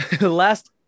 last